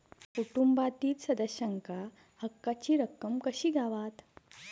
कुटुंबातील सदस्यांका हक्काची रक्कम कशी गावात?